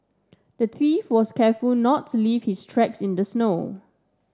the thief was careful not to leave his tracks in the snow